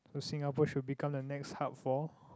Singapore should become the next hub for